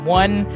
one